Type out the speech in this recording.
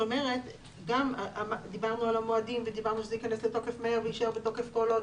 דיברנו על המועדים ואמרנו שזה ייכנס לתוקף ויישאר בתוקף כל עוד